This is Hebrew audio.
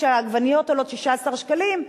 כשהעגבניות עולות 16 שקלים,